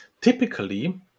typically